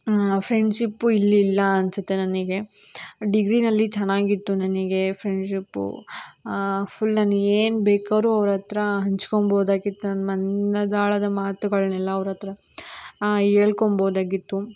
friendship ಇಲ್ಲಿಲ್ಲ ಅನಿಸುತ್ತೆ ನನಗೆ ಡಿಗ್ರೀನಲ್ಲಿ ಚೆನ್ನಾಗಿತ್ತು ನನಗೆ ಫ್ರೆಂಡ್ಶಿಪ್ಪು ಫುಲ್ ನನಗೆ ಏನು ಬೇಕಾದ್ರು ಅವ್ರ ಹತ್ರ ಹಂಚ್ಕೊಳ್ಬೋದಾಗಿತ್ತು ನನ್ನ ಮನದಾಳದ ಮಾತುಗಳನ್ನೆಲ್ಲ ಅವ್ರ ಹತ್ರ ಹೇಳ್ಕೊಂಬೋದಾಗಿತ್ತು